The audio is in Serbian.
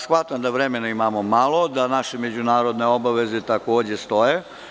Shvatam da vremena imamo malo, da naše međunarodne obaveze takođe stoje.